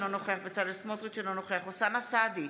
אינו נוכח בצלאל סמוטריץ' אינו נוכח אוסאמה סעדי,